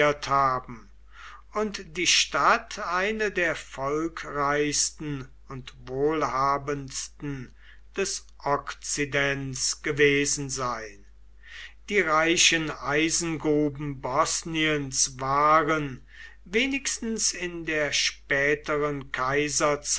haben und die stadt eine der volkreichsten und wohlhabendsten des okzidents gewesen sein die reichen eisengruben bosniens waren wenigstens in der späteren kaiserzeit